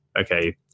okay